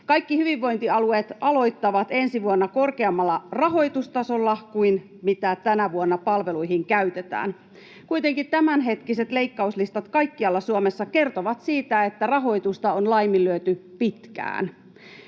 Kaikki hyvinvointialueet aloittavat ensi vuonna korkeammalla rahoitustasolla kuin mitä tänä vuonna palveluihin käytetään. Kuitenkin tämänhetkiset leikkauslistat kaikkialla Suomessa kertovat siitä, että rahoitusta on laiminlyöty pitkään.